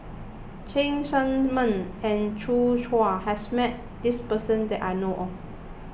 Cheng Tsang Man and Joi Chua has met this person that I know of